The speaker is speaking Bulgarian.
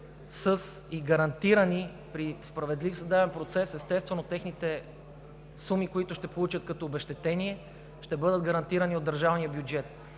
и гарантирани при справедлив съдебен процес. Естествено, сумите, които ще получат като обезщетение, ще бъдат гарантирани от държавния бюджет.